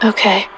Okay